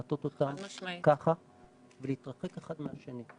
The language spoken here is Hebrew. לעטות אותן ככה ולהתרחק אחד מהשני,